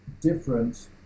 different